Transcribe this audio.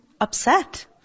upset